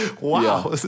Wow